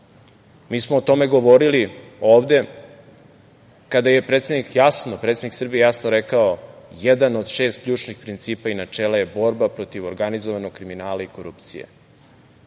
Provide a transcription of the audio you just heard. smo o tome govorili ovde kada je predsednik jasno, predsednik Srbije, jasno rekao - jedan od šest ključnih principa i načela je borba protiv organizovanog kriminala i korupcije,